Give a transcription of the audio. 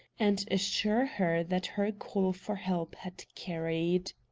and assure her that her call for help had carried.